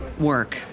work